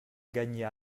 gagner